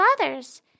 others